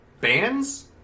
bands